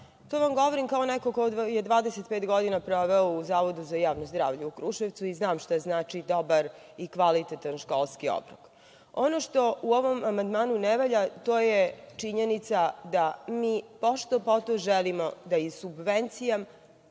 To vam govorim kao neko ko je 25 godina proveo u Zavodu za javno zdravlje u Kruševcu i znam šta znači dobar i kvalitetan školski obrok. Ono što u ovom amandmanu ne valja, to je činjenica da mi pošto poto želimo da iz subvencija